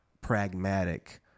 pragmatic